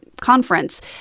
conference